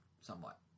somewhat